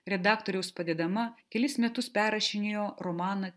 redaktoriaus padedama kelis metus perrašinėjo romaną